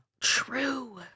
True